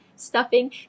stuffing